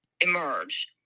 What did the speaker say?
emerge